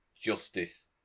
justice